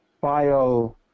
bio